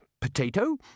potato